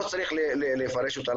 לא צריך לפרש אותה,